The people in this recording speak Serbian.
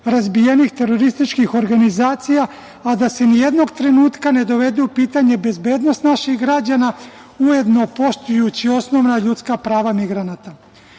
razbijenih terorističkih organizacija, a da se nijednog trenutka ne dovede u pitanje bezbednost naših građana, ujedno poštujući osnovna ljudska prava migranata. Kada